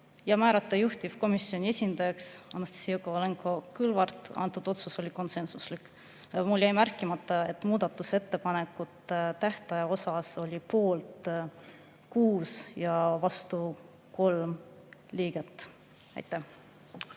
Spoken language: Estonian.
ja määrata juhtivkomisjoni esindajaks Anastassia Kovalenko-Kõlvart. Antud otsus oli konsensuslik. Mul jäi märkimata, et muudatusettepanekute tähtaja puhul oli poolt 6 ja vastu 3 liiget. Aitäh!